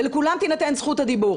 ולכולם תינתן זכות הדיבור.